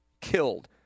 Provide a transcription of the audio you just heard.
killed